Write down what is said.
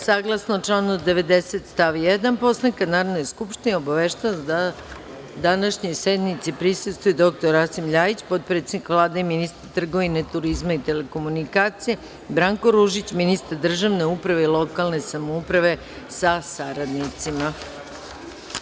Saglasno članu 90. stav 1. Poslovnika Narodne skupštine, obaveštavam vas da današnjoj sednici prisustvuje dr Rasim LJajić, potpredsednik Vlade i ministar trgovine, turizma i telekomunikacija i Branko Ružić, ministar državne uprave i lokalne samouprave, sa saradnicima.